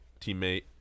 teammate